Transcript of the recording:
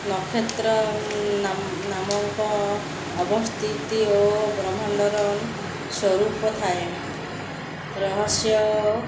ନକ୍ଷତ୍ର ନାମକ ଅବସ୍ଥିତି ଓ ବ୍ରହ୍ମାଣ୍ଡର ସ୍ୱରୂପ ଥାଏ ରହସ୍ୟ